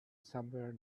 somewhere